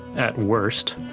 at worst,